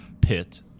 pit